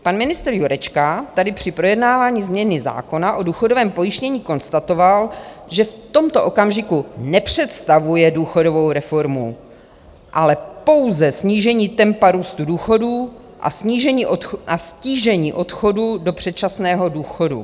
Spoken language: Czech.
Pan ministr Jurečka tady při projednávání změny zákona o důchodovém pojištění konstatoval, že v tomto okamžiku nepředstavuje důchodovou reformu, ale pouze snížení tempa růstu důchodů a ztížení odchodu do předčasného důchodu.